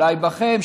ואולי בכם,